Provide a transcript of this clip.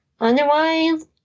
otherwise